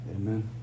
Amen